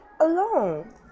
alone